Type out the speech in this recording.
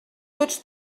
tots